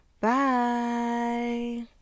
Bye